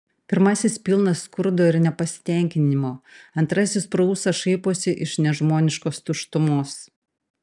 pirmasis pilnas skurdo ir nepasitenkinimo antrasis pro ūsą šaiposi iš nežmoniškos tuštumos